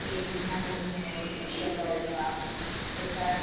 के जूनागढ़ में आहे केसर वारी आहे हितां